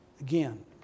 again